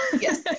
Yes